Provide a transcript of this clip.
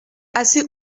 assez